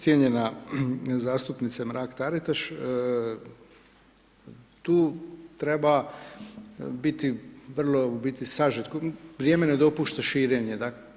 Cijenjena zastupnice Mrak-Taritaš tu treba biti vrlo u biti sažet, vrijeme ne dopušta širenje, da.